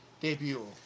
debut